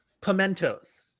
Pimentos